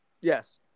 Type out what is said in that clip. Yes